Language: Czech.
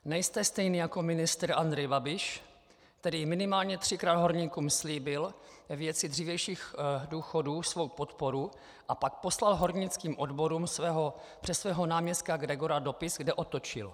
Nejste stejný jako ministr Andrej Babiš, který minimálně třikrát horníkům slíbil ve věci dřívějších důchodů svou podporu, a pak poslal hornickým odborům přes svého náměstka Gregora dopis, kde otočil.